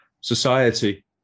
society